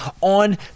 on